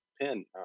pin